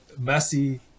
Messi